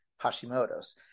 Hashimoto's